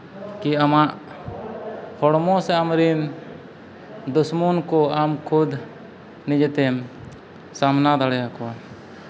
ᱠᱤ ᱟᱢᱟᱜ ᱦᱚᱲᱢᱚ ᱥᱮ ᱟᱢᱨᱮᱱ ᱫᱩᱥᱢᱚᱱ ᱠᱚ ᱟᱢ ᱠᱷᱩᱫ ᱱᱤᱡᱮᱛᱮᱢ ᱥᱟᱢᱵᱲᱟᱣ ᱫᱟᱲᱮᱭᱟᱠᱚᱣᱟ